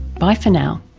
bye for now